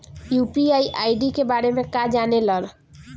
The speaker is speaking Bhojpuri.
यू.पी.आई आई.डी के बारे में का जाने ल?